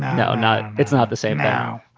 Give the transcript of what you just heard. no not it's not the same now.